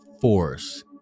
force